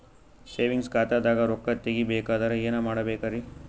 Savings ಖಾತಾದಾಗ ರೊಕ್ಕ ತೇಗಿ ಬೇಕಾದರ ಏನ ಮಾಡಬೇಕರಿ?